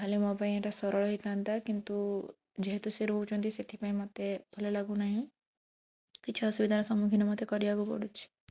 ତାହେଲେ ମୋ ପାଇଁ ଏଇଟା ସରଳ ହେଇଥାନ୍ତା କିନ୍ତୁ ଯେହେତୁ ସେ ରହୁଛନ୍ତି ସେଥିପାଇଁ ମୋତେ ଭଲ ଲାଗୁ ନାହିଁ କିଛି ଅସୁବିଧାର ସମ୍ମୁଖୀନ ମୋତେ କରିବାକୁ ପଡ଼ୁଛି